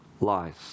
lies